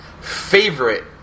favorite